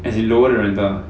as in lower the rental